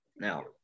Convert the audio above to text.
Now